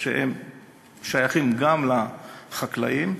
ששייכות גם לחקלאים,